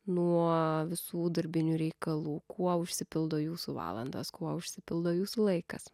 nuo visų darbinių reikalų kuo užsipildo jūsų valandos kuo užsipildo jūsų laikas